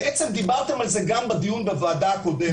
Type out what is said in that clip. בעצם דיברתם על זה גם בדיון בוועדה הקודמת,